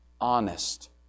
honest